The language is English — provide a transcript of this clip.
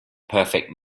perfect